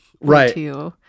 right